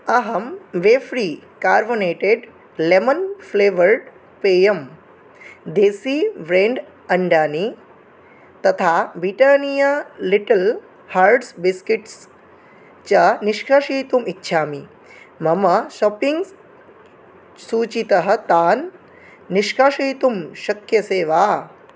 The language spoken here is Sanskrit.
अहं वेफ़्री कार्वोनेटेड् लेमन् फ़्लेवर्ड् पेयं देसी व्रेण्ड् अण्डानि तथा विटानिया लिटल् हार्ट्स् बिस्किट्स् च निष्कासयितुम् इच्छामि मम शोपिङ्ग् सूचीतः तान् निष्कासयितुं शक्यसे वा